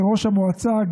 כראש המועצה,